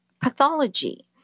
pathology